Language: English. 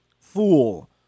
fool